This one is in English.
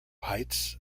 heights